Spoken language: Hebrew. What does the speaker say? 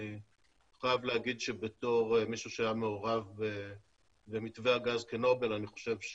אני חייב להגיד שבתור מישהו שהיה מעורב במתווה הגז כנובל אני חושב,